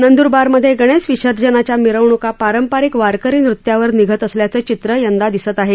नंद्रबारमध्ये गणेशविसर्जनाच्या मिरवणूका पारंपरिक वारकरी नृत्यावर निघत असल्याचं चित्र यंदा दिसत आहे